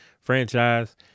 franchise